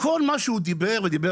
מכל מה שהוא דיבר